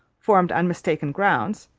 formed on mistaken grounds,